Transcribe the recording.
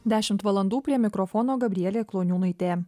dešimt valandų prie mikrofono gabrielė kloniūnaitė